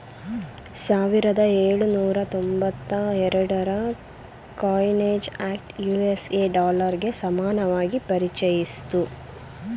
ಸಾವಿರದ ಎಳುನೂರ ತೊಂಬತ್ತ ಎರಡುರ ಕಾಯಿನೇಜ್ ಆಕ್ಟ್ ಯು.ಎಸ್.ಎ ಡಾಲರ್ಗೆ ಸಮಾನವಾಗಿ ಪರಿಚಯಿಸಿತ್ತು